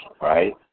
right